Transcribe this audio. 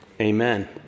amen